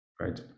right